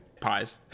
Pies